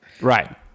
right